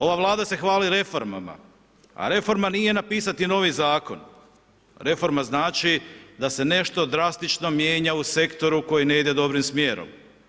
Ova Vlada se hvali reformama a reforma nije napisati novi zakon, reforma znači da se nešto drastično mijenja u sektoru koji ne ide dobrim smjerom.